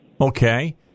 Okay